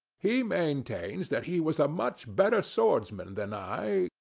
he maintains that he was a much better swordsman than i,